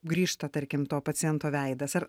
grįžta tarkim to paciento veidas ar